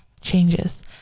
changes